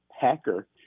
hacker